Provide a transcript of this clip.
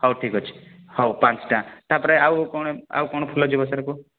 ହଉ ଠିକ୍ ଅଛି ହଉ ପାଞ୍ଚଟା ତା'ପରେ ଆଉ କ'ଣ ଆଉ କ'ଣ ଫୁଲ ଯିବ ସାର୍ କୁହ